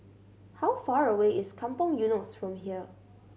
how far away is Kampong Eunos from here